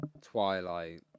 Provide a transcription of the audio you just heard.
twilight